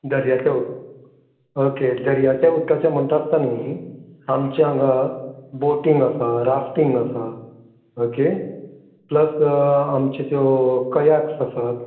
दर्यांतलें उद ओके दर्याच्या उदकाच्या म्हणटा आसता न्ही आमचे हांगा बोटींग आसा राफ्टींग आसा ओके प्लस आमचे त्यो कयाक्स आसात